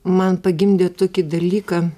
man pagimdė tokį dalyką